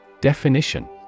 Definition